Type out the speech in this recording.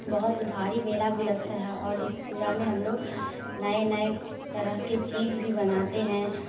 बहुत भारी मेला भी लगता है और इस पूजा में हम लोग नए नए तरह के चीज भी बनाते हैं